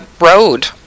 road